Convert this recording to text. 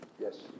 Yes